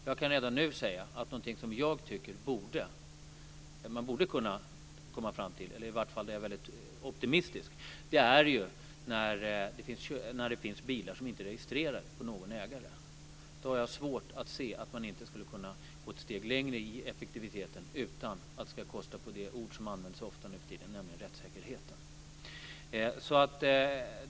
Jag kan redan nu säga - och här är jag ganska optimistisk - att när det gäller bilar som inte är registrerade på någon ägare har jag svårt att se att man inte skulle kunna gå ett steg längre i effektivitet utan att det ska inverka på det begrepp som används så ofta nuförtiden, nämligen rättssäkerheten.